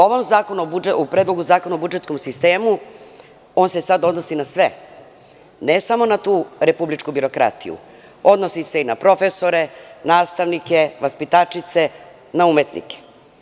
On se u ovom Predlogu zakona o budžetskom sistemu odnosi na sve, ne samo na tu republičku birokratiju, odnosi se i na profesore, nastavnike, vaspitačice, na umetnike.